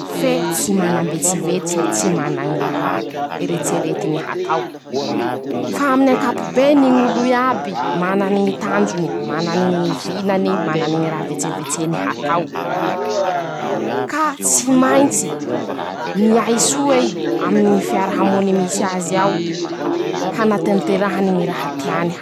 fe tsy manambetsivetsy, tsy mana ñy raha eretseretiny hatao; fa amin'ankapobeny ñ'olo iaby, mana ñy tanjony, mana ñy vinany, manany ñy raha vetsevetse hatao, ka tsy maintsy, miay soa ii aminy ñy fiarahamony misy azy ao, hañatanterahany ñy raha teany.